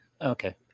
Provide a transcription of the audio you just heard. okay